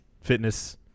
fitness